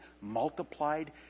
multiplied